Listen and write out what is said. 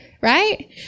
Right